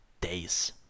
days